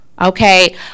okay